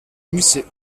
musset